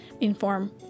inform